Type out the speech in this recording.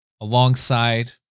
alongside